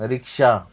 rickshaw